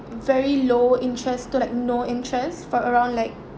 very low interest to like no interest for around like